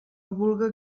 vulga